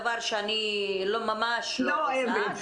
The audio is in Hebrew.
דבר שאני ממש לא עושה.